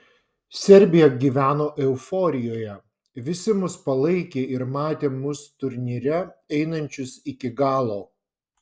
serbija gyveno euforijoje visi mus palaikė ir matė mus turnyre einančius iki galo